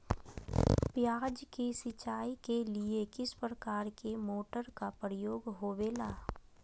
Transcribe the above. प्याज के सिंचाई के लिए किस प्रकार के मोटर का प्रयोग होवेला?